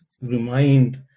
remind